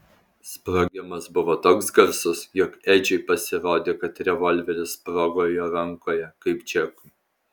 sprogimas buvo toks garsus jog edžiui pasirodė kad revolveris sprogo jo rankoje kaip džekui